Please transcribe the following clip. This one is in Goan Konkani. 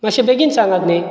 मातशें बेगीन सांगात न्ही